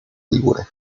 ligure